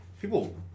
People